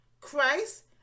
christ